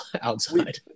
outside